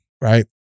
Right